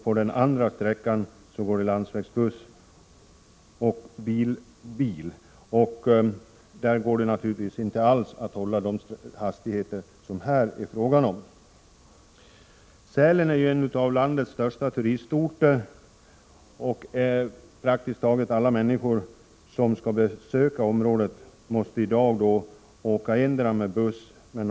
På den andra sträckan får man resa med landsvägsbuss eller bil, och där går det naturligtvis inte alls att hålla de hastigheter som det här är fråga om. Sälen är en av landets största turistorter. Praktiskt taget alla människor som skall besöka området måste i dag åka endera med buss eller med bil.